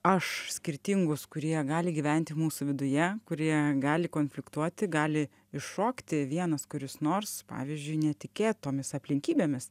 aš skirtingus kurie gali gyventi mūsų viduje kurie gali konfliktuoti gali iššokti vienas kuris nors pavyzdžiui netikėtomis aplinkybėmis